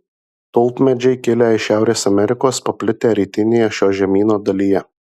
tulpmedžiai kilę iš šiaurės amerikos paplitę rytinėje šio žemyno dalyje